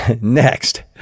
next